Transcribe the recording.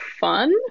fun